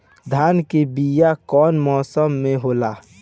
धान के बीया कौन मौसम में होला?